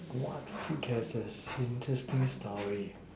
what food has the interesting story